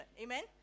Amen